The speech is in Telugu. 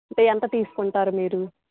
ఎంత తీసుకుంటారు మీరు